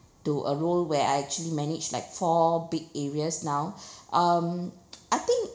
to a role where I actually managed like four big areas now um I think